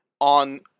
on